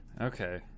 Okay